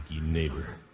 neighbor